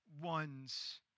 ones